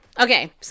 Okay